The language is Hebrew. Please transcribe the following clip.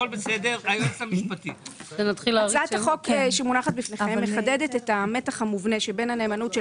הצעת החוק שמונחת בפניכם מחדדת את המתח המובנה שבין הנאמנות של